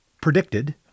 predicted